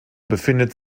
befindet